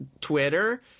Twitter